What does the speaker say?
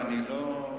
סליחה.